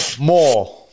More